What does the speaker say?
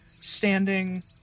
standing